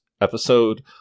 episode